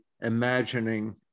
imagining